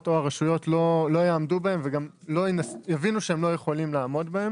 ולא הרשויות לא יעמדו בהם ויבינו שלא יכולים לעמוד בהם